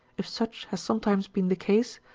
if such has sometimes been the case,